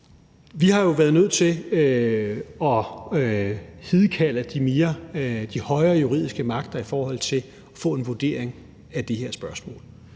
Vi har jo været nødt til at hidkalde de højere juridiske magter for at få en vurdering af det her spørgsmål.